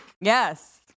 yes